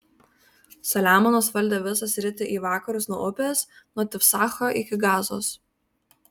saliamonas valdė visą sritį į vakarus nuo upės nuo tifsacho iki gazos